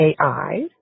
AI